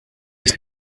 ich